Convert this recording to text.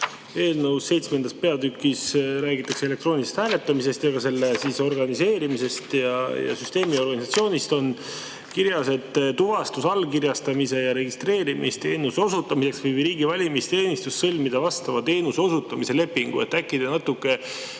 Eelnõu 7. peatükis räägitakse elektroonilisest hääletamisest ja ka selle organiseerimisest. Süsteemi organisatsiooni [paragrahvis] on kirjas, et tuvastus‑, allkirjastamis‑ ja registreerimisteenuse osutamiseks võib riigi valimisteenistus sõlmida vastava teenuse osutamise lepingu. Äkki te natuke